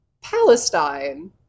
Palestine